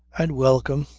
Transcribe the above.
and welcome,